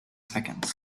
seconds